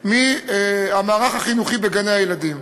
מהמערך החינוכי בגני-הילדים.